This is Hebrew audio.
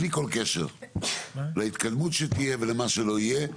בלי כל קשר להתקדמות שתהיה ולמה שלא יהיה,